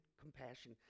compassion